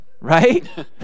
right